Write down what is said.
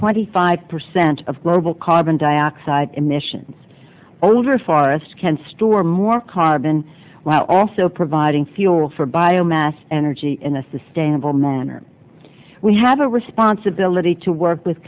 twenty five percent of global carbon dioxide emissions over forests can store more carbon while also providing fuel for biomass energy in a sustainable manner we have a responsibility to work with